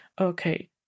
Okay